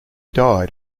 died